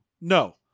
No